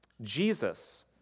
Jesus